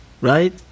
right